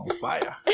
fire